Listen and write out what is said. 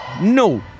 No